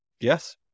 Yes